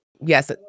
Yes